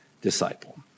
disciple